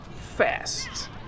fast